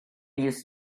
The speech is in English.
used